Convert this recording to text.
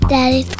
Daddy